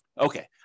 Okay